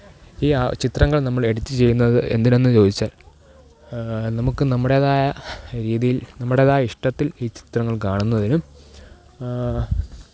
ഈ ആ ചിത്രങ്ങൾ നമ്മളെഡിറ്റ് ചെയ്യുന്നത് എന്തിനെന്ന് ചോദിച്ചാൽ നമുക്ക് നമ്മുടേതായ രീതിയിൽ നമ്മുടേതായ ഇഷ്ടത്തിൽ ഈ ചിത്രങ്ങൾ കാണുന്നതിനും